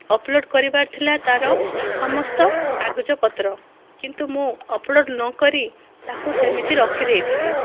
upload କରିବାର ଥିଲା ତାର ସମସ୍ତ କାଗଜ ପତ୍ର କିନ୍ତୁ ମୁଁ ଅପଲୋଡ଼ ନକରି ତାକୁ ସେମିତି ରଖିଦେଇଥିଲି